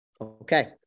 Okay